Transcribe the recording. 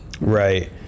Right